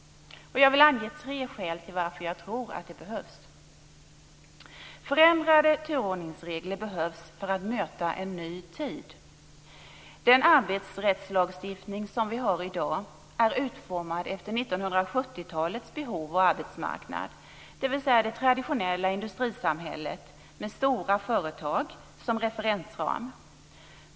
Jag vill ange tre skäl till att jag tror att den behövs. För det första: Förändrade turordningsregler behövs för att möta en ny tid. Den arbetsrättslagstiftning som vi har i dag är utformad efter 1970-talets behov och arbetsmarknad, dvs. det traditionella industrisamhället med stora företag som referensram.